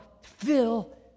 fill